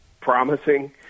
promising